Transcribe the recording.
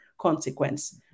consequence